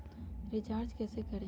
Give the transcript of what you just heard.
Recharge कैसे करीब?